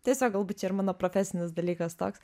tiesiog galbūt čia ir mano profesinis dalykas toks